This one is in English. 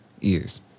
ears